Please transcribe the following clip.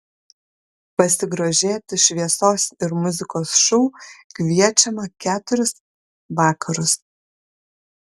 pasigrožėti šviesos ir muzikos šou kviečiama keturis vakarus